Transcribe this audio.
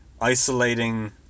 isolating